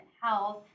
health